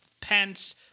Pence